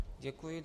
Děkuji.